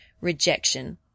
rejection